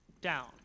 down